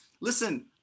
listen